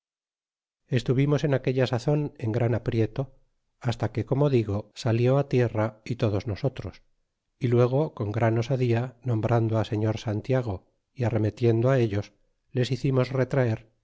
estuvimos en aquella sazon en gran aprieto hasta que como digo salió á tierra y todos nosotros y luego con gran osadía nombrando á señor santiago y arremetiendo á ellos les hicimos retraer